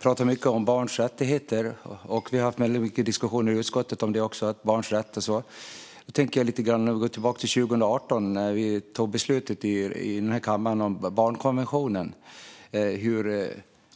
pratar mycket om barns rättigheter. Vi har också haft väldigt många diskussioner om det i utskottet. Jag tänker tillbaka till 2018, när vi i den här kammaren fattade beslutet om barnkonventionen.